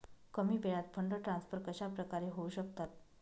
कमी वेळात fund transfer कशाप्रकारे होऊ शकतात?